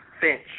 Finch